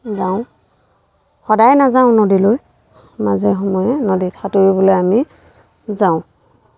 যাওঁ সদায় নাযাওঁ নদীলৈ মাজে সময়ে নদীত সাঁতুৰিবলৈ আমি যাওঁ